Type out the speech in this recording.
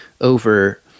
over